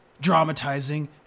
dramatizing